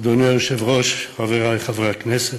אדוני היושב-ראש, חברי חברי הכנסת,